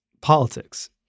politics